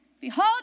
Behold